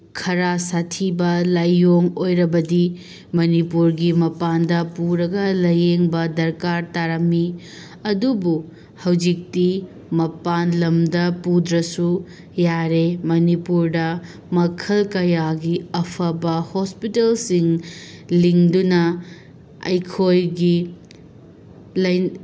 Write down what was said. ꯈꯔ ꯁꯥꯊꯤꯕ ꯂꯥꯏꯑꯣꯡ ꯑꯣꯏꯔꯕꯗꯤ ꯃꯅꯤꯄꯨꯔꯒꯤ ꯃꯄꯥꯟꯗ ꯄꯨꯔꯒ ꯂꯥꯏꯌꯦꯡꯕ ꯗꯔꯀꯥꯔ ꯇꯥꯔꯝꯃꯤ ꯑꯗꯨꯕꯨ ꯍꯧꯖꯤꯛꯇꯤ ꯃꯄꯥꯟ ꯂꯝꯗ ꯄꯨꯗ꯭ꯔꯁꯨ ꯌꯥꯔꯦ ꯃꯅꯤꯄꯨꯔꯗ ꯃꯈꯜ ꯀꯌꯥꯒꯤ ꯑꯐꯕ ꯍꯣꯁꯄꯤꯇꯥꯜꯁꯤꯡ ꯂꯤꯡꯗꯨꯅ ꯑꯩꯈꯣꯏꯒꯤ